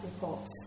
reports